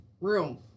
room